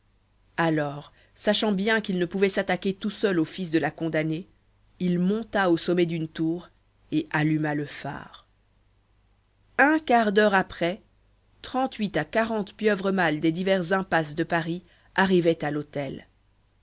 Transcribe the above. alors sachant bien qu'il ne pouvait s'attaquer tout seul au fils de la condamnée il monta au sommet d'une tour et alluma le phare un quart d'heure après trente-huit à quarante pieuvres mâles des divers impasses de paris arrivaient à l'hôtel